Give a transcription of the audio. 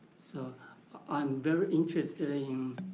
so i'm very interested in